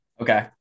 Okay